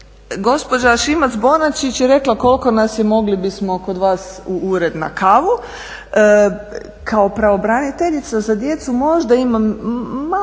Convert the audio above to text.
Gospođa Šimac-Bonačić je rekla koliko nas je mogli bismo kod vas u ured na kavu, kao pravobraniteljica za djecu možda imam malo